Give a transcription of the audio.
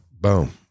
boom